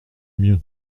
mieux